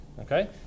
okay